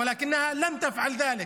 אולם היא לא עשתה זאת,